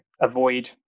avoid